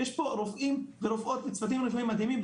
יש פה רופאים ורופאות וצוותים רפואיים מדהימים,